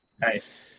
nice